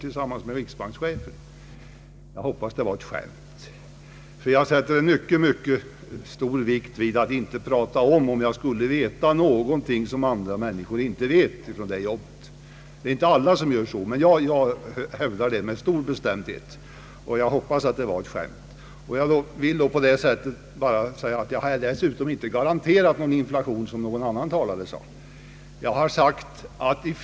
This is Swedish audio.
Jag hoppas att det var ett skämt. Jag lägger mycket stor vikt vid att inte tala om vad jag kan få veta i det jobbet som andra människor inte vet. Alla har inte den inställningen, men jag hävdar den med stor bestämdhet. Jag hoppas, som sagt, att herr Jacobsson skämtade. För övrigt har jag inte garanterat någon inflation, vilket någon annan talare påstod.